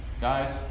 guys